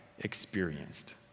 Experienced